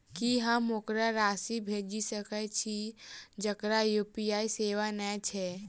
की हम ओकरा राशि भेजि सकै छी जकरा यु.पी.आई सेवा नै छै?